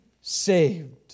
saved